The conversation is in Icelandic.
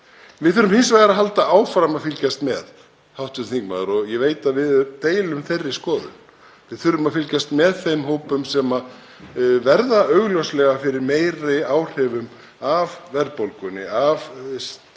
Við þurfum hins vegar að halda áfram að fylgjast með, hv. þingmaður, og ég veit að við deilum þeirri skoðun. Við þurfum að fylgjast með þeim hópum sem verða augljóslega fyrir meiri áhrifum af verðbólgunni, af